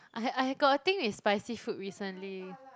I had I got a thing with spicy food recently